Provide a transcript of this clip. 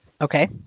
Okay